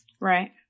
Right